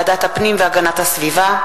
ועדת הפנים והגנת הסביבה,